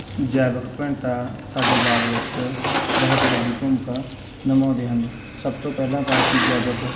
ਜੈਵਿਕ ਵਿਭਿੰਨਤਾ ਸਾਡੇ ਬਾਗ ਵਿੱਚ ਬਹੁਤ ਵੱਡੀ ਭੂਮਿਕਾ ਨਿਭਾਉਂਦੇ ਹਨ ਸਭ ਤੋਂ ਪਹਿਲਾਂ ਤਾਂ ਅਸੀਂ ਜੈਵਿਕ